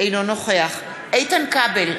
אינו נוכח איתן כבל,